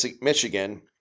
Michigan